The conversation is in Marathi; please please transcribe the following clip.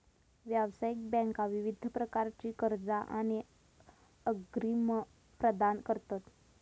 व्यावसायिक बँका विविध प्रकारची कर्जा आणि अग्रिम प्रदान करतत